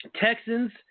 Texans